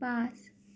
পাঁচ